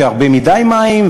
והרבה מדי מים,